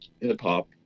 hip-hop